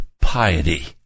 piety